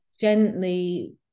gently